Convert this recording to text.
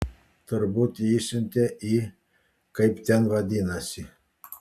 turbūt jį išsiuntė į kaip ten vadinasi